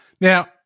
Now